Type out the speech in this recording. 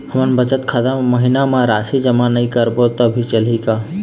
हमन बचत खाता मा महीना मा राशि जमा नई करबो तब भी चलही का?